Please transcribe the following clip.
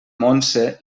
montse